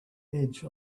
edge